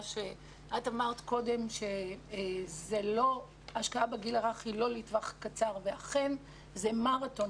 את אמרת קודם שהשקעה בגיל הרך היא לא לטווח קצר ואכן זה מרתון.